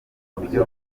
buryo